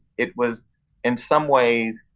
it was in some ways,